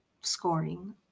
scoring